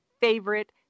favorite